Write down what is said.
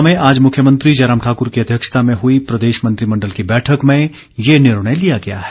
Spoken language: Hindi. शिमला में आज मुख्यमंत्री जयराम ठाकुर की अध्यक्षता में हुई प्रदेश मंत्रिमण्डल की बैठक में ये निर्णय लिया गया है